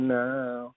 now